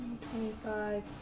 Twenty-five